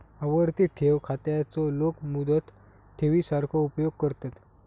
आवर्ती ठेव खात्याचो लोक मुदत ठेवी सारखो उपयोग करतत